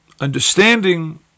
understanding